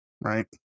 right